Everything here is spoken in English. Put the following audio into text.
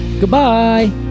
Goodbye